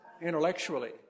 intellectually